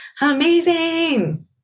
Amazing